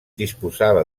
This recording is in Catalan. disposava